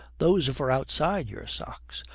those are for outside your socks.